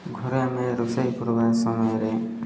ଘରେ ଆମେ ରୋଷେଇ କରିବା ସମୟରେ